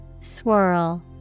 Swirl